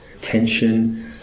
tension